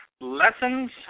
lessons